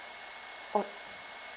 oh